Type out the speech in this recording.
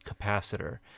capacitor